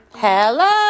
Hello